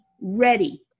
ready